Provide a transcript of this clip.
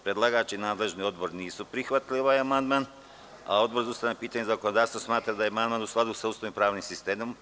Predlagač i nadležni odbor nisu prihvatili ovaj amandman, a Odbor za ustavna pitanja i zakonodavstvo smatra da je amandman u skladu sa Ustavom i pravnim sistemom.